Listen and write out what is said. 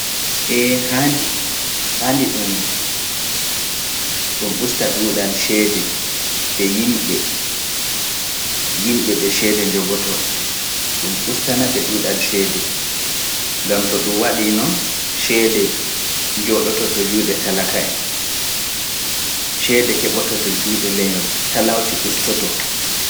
E! haandi ɗum ɓusta ɗuuɗal ceede de yimɓe ɓe ceede njogoto. ɗum ustana ɓe ɗuuɗal ceede, ngam to ɗum waɗii non ceede jooɗoto to juuɗe talaka en, ceede keɓoto juuɗe leñol, talakaku ustoto.